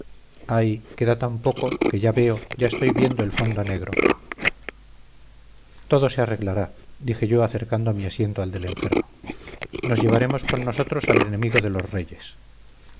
ay queda tan poco que ya veo ya estoy viendo el fondo negro todo se arreglará dije yo acercando mi asiento al del enfermo nos llevaremos con nosotros al enemigo de los reyes